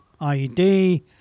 IED